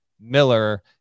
Miller